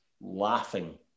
laughing